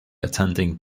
attending